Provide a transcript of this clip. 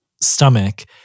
stomach